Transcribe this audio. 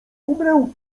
umrę